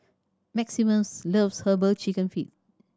Maximus loves Herbal Chicken Feet